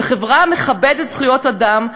וחברה המכבדת זכויות אדם,